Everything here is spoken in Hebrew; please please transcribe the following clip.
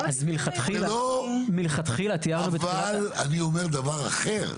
אבל אני אומר דבר אחר.